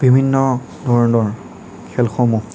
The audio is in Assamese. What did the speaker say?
বিভিন্ন ধৰণৰ খেলসমূহ